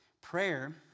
Prayer